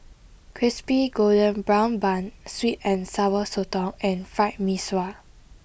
Crispy Golden Brown Bun Sweet and Sour Sotong and Fried Mee Sua